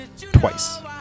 twice